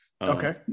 Okay